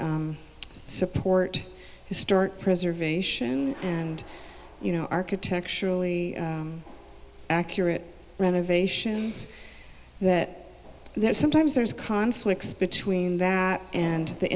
support historic preservation and you know architecturally accurate renovations that there's sometimes there's conflicts between that and the